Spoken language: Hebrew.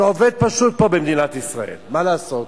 עובד פשוט, פה במדינת ישראל, מה לעשות.